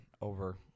over